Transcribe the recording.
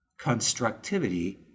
constructivity